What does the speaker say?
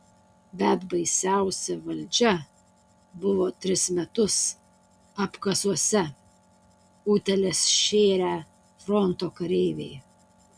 bet baisiausia valdžia buvo tris metus apkasuose utėles šėrę fronto kareiviai